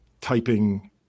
typing